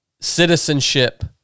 citizenship